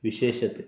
ವಿಶೇಷತೆ